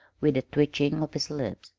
with a twitching of his lips.